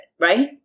right